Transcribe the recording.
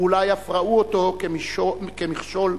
ואולי אף ראו בו מכשול לצמיחה.